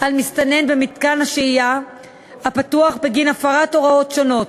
על מסתנן במתקן השהייה הפתוח בגין הפרת הוראות שונות,